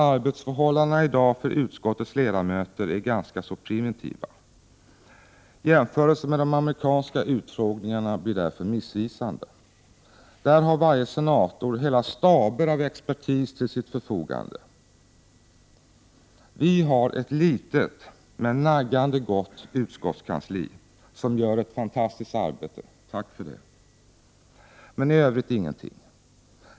Arbetsförhållandena i dag för utskottets ledamöter är ganska primitiva. Jämförelser med de amerikanska utfrågningarna blir därför missvisande. Där har varje senator en hel stab av expertis till sitt förfogande. Vi har ett litet men naggande gott utskottskansli som gör ett fantastiskt arbete — tack för det! — men i Övrigt ingenting.